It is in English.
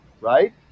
right